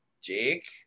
Jake